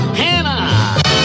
hannah